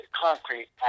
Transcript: concrete